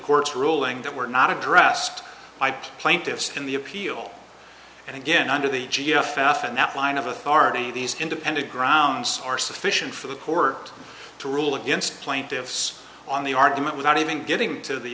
court's ruling that were not addressed by plaintiffs in the appeal and again under the earth and that line of authority these independent grounds are sufficient for the court to rule against plaintiffs on the argument without even getting to the